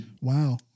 Wow